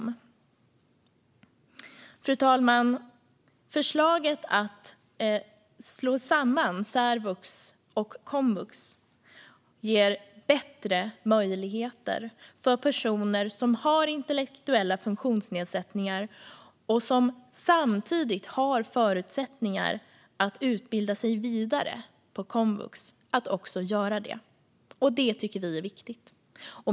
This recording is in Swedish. Fru talman! Förslaget att slå samman särvux och komvux ger bättre möjligheter för personer som har intellektuella funktionsnedsättningar och som samtidigt har förutsättningar att utbilda sig vidare på komvux att också göra det. Det tycker vi är viktigt.